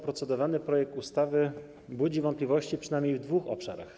Procedowany projekt ustawy budzi wątpliwości przynajmniej w dwóch obszarach.